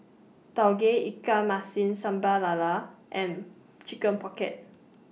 Tauge Ikan Masin Sambal Lala and Chicken Pocket